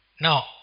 Now